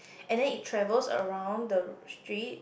and then it travels around the street